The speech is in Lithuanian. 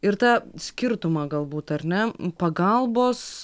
ir tą skirtumą galbūt ar ne pagalbos